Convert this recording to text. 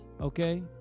okay